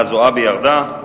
זועבי ירדה,